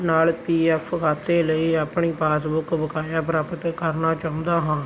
ਨਾਲ P F ਖਾਤੇ ਲਈ ਆਪਣੀ ਪਾਸਬੁੱਕ ਬਕਾਇਆ ਪ੍ਰਾਪਤ ਕਰਨਾ ਚਾਹੁੰਦਾ ਹਾਂ